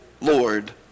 Lord